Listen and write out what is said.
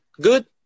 good